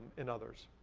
and others.